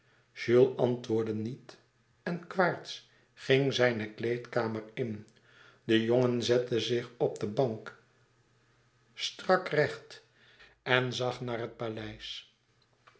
antwoordde niet en quaerts ging zijne kleedkamer in de jongen zette zich op de bank strakrecht en zag naar het paleis